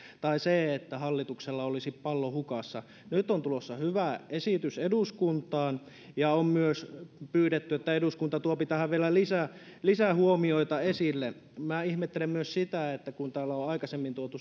tai siitä että hallituksella olisi pallo hukassa nyt on tulossa hyvä esitys eduskuntaan ja on myös pyydetty että eduskunta tuopi tähän vielä lisähuomioita esille minä ihmettelen myös sitä kun täällä on tuotu